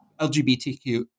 LGBTQ